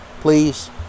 please